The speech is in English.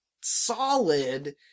solid